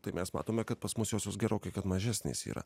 tai mes matome kad pas mus josios gerokai kad mažesnės yra